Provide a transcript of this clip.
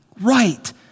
right